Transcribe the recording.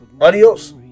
adios